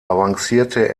avancierte